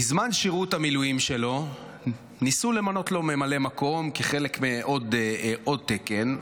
בזמן שירות המילואים שלו ניסו למנות לו ממלא מקום כחלק מעוד תקן,